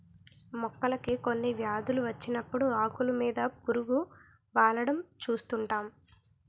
మొక్కలకి కొన్ని వ్యాధులు వచ్చినప్పుడు ఆకులు మీద పురుగు వాలడం చూస్తుంటాం